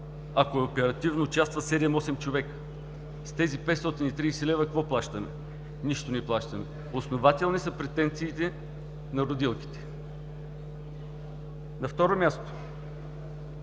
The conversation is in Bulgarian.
ако е оперативно, участват 7 – 8 човека. С тези 530 лв. какво плащаме? Нищо не плащаме. Основателни са претенциите на родилките. На второ място,